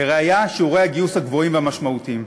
לראיה, שיעורי הגיוס הגבוהים והמשמעותיים.